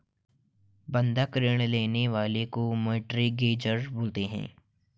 बंधक ऋण लेने वाले को मोर्टगेजेर बोलते हैं